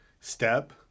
step